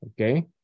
Okay